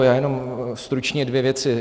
Já jenom stručně dvě věci.